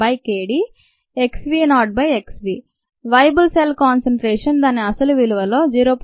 303kdxv0xv "viable cell concentration" దాని అసలు విలువ లో 0